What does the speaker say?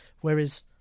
whereas